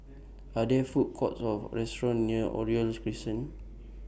Are There Food Courts Or restaurants near Oriole Crescent